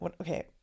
okay